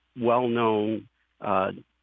well-known